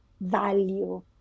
value